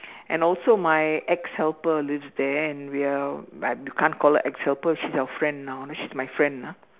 and also my ex helper lives there and we are we can't call her ex helper she's my friend now she's my friend ah